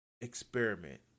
experiment